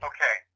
Okay